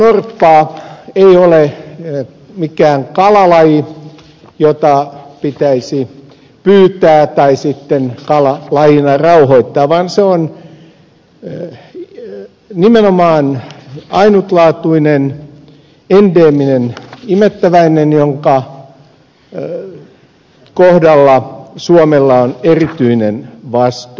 saimaannorppa ei ole mikään kalalaji jota pitäisi pyytää tai sitten kalalajina rauhoittaa vaan se on nimenomaan ainutlaatuinen endeeminen imettäväinen jonka kohdalla suomella on erityinen vastuu